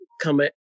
come